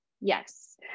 Yes